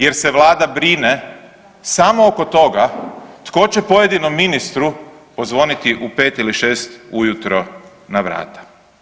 Jer se Vlada brine samo oko toga tko će pojedinom ministru pozvoniti u pet ili šest u jutro na vrata.